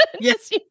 Yes